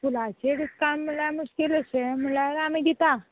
फुलांचेर discount म्हणल्यार मातशें मुशकील अशें म्हणल्यार आमी दिता